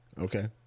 Okay